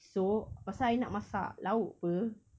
so pasal I nak masak lauk [pe]